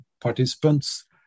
participants